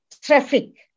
traffic